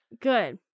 Good